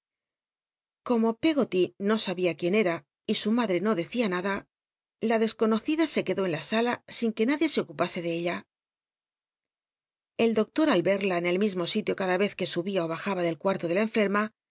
como pcggoty no abia quién ra y madrr no detia nada la desconocida se quedó en la sala sin que nadie se ocupn c de ella el doctor al eda en el mismo sitio cada ez que ubia ó bajaba del cuarto de la enferma